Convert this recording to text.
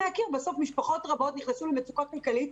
משפחות רבות נכנסו למצוקה כלכלית,